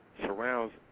surrounds